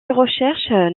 recherches